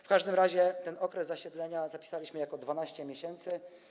W każdym razie ten okres zasiedlenia zapisaliśmy jako 12 miesięcy.